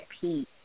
peace